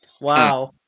Wow